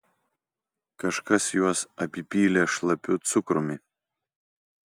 kažkas juos apipylė šlapiu cukrumi